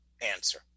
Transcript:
answer